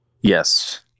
Yes